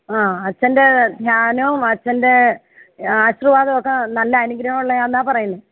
ആഹ് അച്ഛന്റെ ധ്യാനവും അച്ഛന്റെ ആശീർവാദവും ഒക്കെ നല്ല അനുഗ്രഹം ഉള്ളതാന്നാണ് പറയുന്നത്